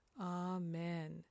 Amen